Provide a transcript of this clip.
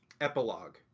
epilogue